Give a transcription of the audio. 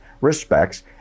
respects